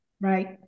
Right